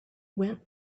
went